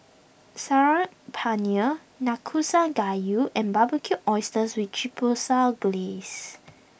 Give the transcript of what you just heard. Saag Paneer Nanakusa Gayu and Barbecued Oysters with Chipotle Glaze